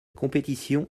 compétition